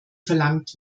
verlangt